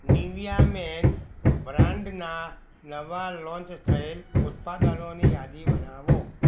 Nivea men બ્રાન્ડના નવાં launch થયેલ ઉત્પાદનોની યાદી બનાવો